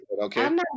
okay